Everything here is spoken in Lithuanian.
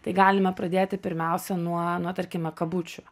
tai galime pradėti pirmiausia nuo nuo tarkime kabučių